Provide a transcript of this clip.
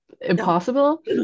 impossible